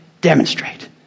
demonstrate